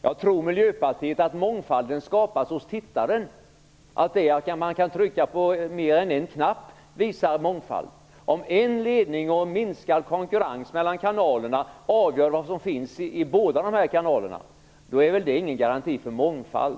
Tror ni inom Miljöpartiet att mångfald skapas hos tittaren? Att det att man kan trycka på mer än en knapp visar mångfald? Om en ledning och minskad konkurrens mellan kanalerna avgör vad som finns i båda kanalerna, då är det ingen garanti för mångfald.